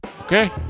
okay